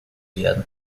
werden